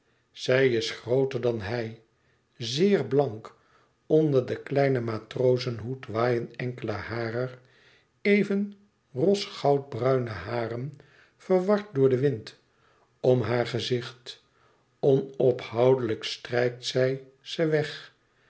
zij is grooter dan hij zeer blank onder den kleinen matrozenhoed waaien enkele harer even rosgoud bruine haren verward door den wind om haar gezicht onophoudelijk strijkt zij ze weg